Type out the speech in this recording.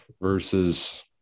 versus